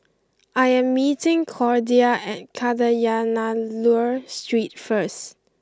I am meeting Cordia at Kadayanallur Street first